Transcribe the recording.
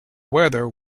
weather